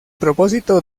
propósito